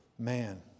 Man